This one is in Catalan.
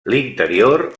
l’interior